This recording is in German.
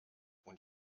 und